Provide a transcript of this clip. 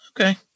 Okay